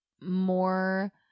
more